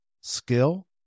skill